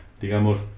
digamos